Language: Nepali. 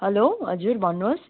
हेलो हजुर भन्नुहोस्